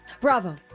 Bravo